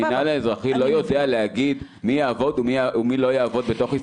המינהל האזרחי לא יודע להגיד מי יעבוד ומי לא יעבוד בתוך ישראל.